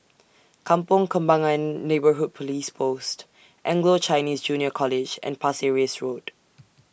Kampong Kembangan Neighbourhood Police Post Anglo Chinese Junior College and Pasir Ris Road